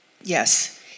Yes